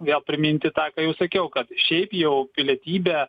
vėl priminti tą ką jau sakiau kad šiaip jau pilietybę